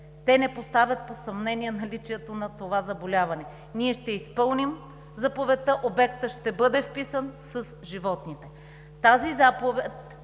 те не поставят под съмнение наличието на това заболяване. Ние ще изпълним заповедта, обектът ще бъде вписан с животните.